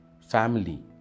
family